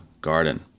garden